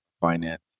finance